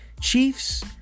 Chiefs